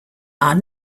are